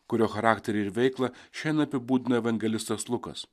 kurio charakterį ir veiklą šiandien apibūdina evangelistas lukas